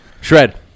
Shred